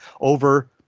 over